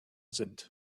sind